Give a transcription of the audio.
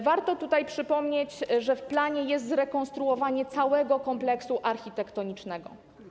Warto tutaj przypomnieć, że w planie jest zrekonstruowanie całego kompleksu architektonicznego.